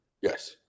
Yes